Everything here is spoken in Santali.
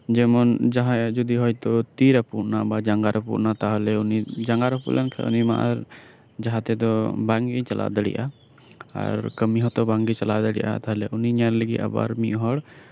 ᱡᱮᱢᱚᱱ ᱡᱟᱦᱟᱸᱭᱟᱜ ᱦᱚᱭᱛᱳ ᱛᱤ ᱨᱟᱹᱯᱩᱫᱱᱟ ᱵᱟ ᱦᱚᱭᱛᱳ ᱡᱟᱸᱜᱟ ᱨᱟᱹᱯᱩᱫ ᱱᱟ ᱛᱟᱞᱦᱮ ᱩᱱᱤ ᱡᱟᱸᱜᱟ ᱨᱟᱹᱯᱩᱫ ᱞᱮᱱᱠᱷᱟᱱ ᱩᱱᱤ ᱡᱟᱸᱦᱟ ᱛᱮᱫᱚ ᱵᱟᱝ ᱜᱮᱭ ᱪᱟᱞᱟᱣ ᱫᱟᱲᱮᱣᱟᱜ ᱟᱭ ᱟᱨ ᱠᱟᱹᱢᱤ ᱦᱚᱸᱛᱚ ᱵᱟᱝᱜᱮᱭ ᱪᱟᱞᱟᱣ ᱫᱟᱲᱮᱭᱟᱜᱼᱟ ᱛᱟᱞᱦᱮ ᱩᱱᱤ ᱧᱮᱞ ᱞᱟᱹᱜᱤᱫ ᱟᱵᱟᱨ ᱢᱤᱫ ᱦᱚᱲ